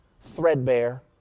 threadbare